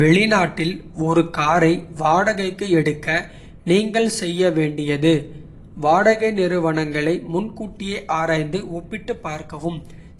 வெளிநாட்டில் ஒரு காரை வாடகைக்கு எடுக்க. நீங்கள் செய்ய வேண்டியது வாடகை நிறுவனங்களை. முன்கூட்டியே ஆராய்ந்து ஒப்பிட்டுப் பார்க்கவும்.